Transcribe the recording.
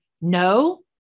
no